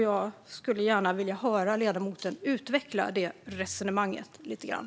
Jag skulle gärna vilja höra ledamoten utveckla det resonemanget lite grann.